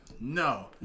no